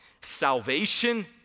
Salvation